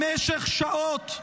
במשך שעות.